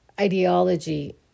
ideology